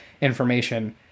information